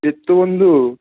চিত্ত বন্ধু